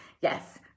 Yes